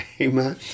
Amen